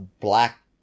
Black